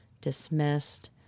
dismissed